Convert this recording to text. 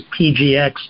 PGX